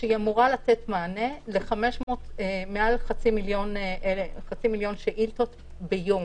כשהיא אמורה לתת מענה למעל חצי מיליון שאילתות ביום.